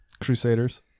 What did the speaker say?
Crusaders